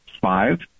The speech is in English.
Five